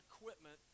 equipment